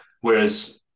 Whereas